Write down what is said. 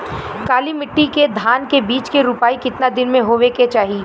काली मिट्टी के धान के बिज के रूपाई कितना दिन मे होवे के चाही?